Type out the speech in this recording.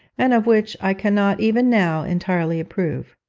and of which i cannot even now entirely approve.